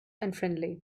unfriendly